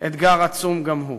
אתגר עצום גם הוא.